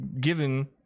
given